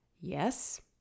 Yes